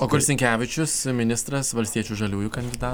o kur sinkevičius ministras valstiečių žaliųjų kandidatas